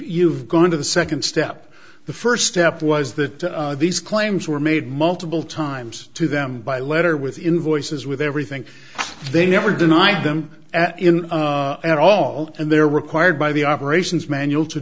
you've gone into the second step the first step was that these claims were made multiple times to them by letter with invoices with everything they never denied them at in at all and they're required by the operations manual to